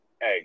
hey